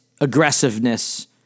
aggressiveness